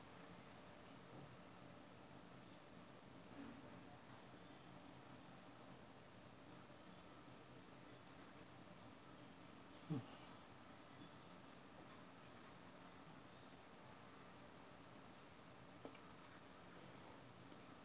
mm